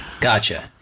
Gotcha